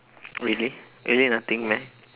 really really nothing meh